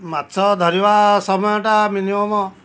ମାଛ ଧରିବା ସମୟଟା ମିନିମମ୍